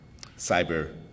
cyber